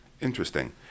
Interesting